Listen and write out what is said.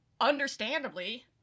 understandably